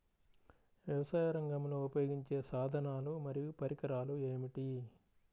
వ్యవసాయరంగంలో ఉపయోగించే సాధనాలు మరియు పరికరాలు ఏమిటీ?